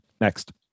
Next